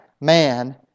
man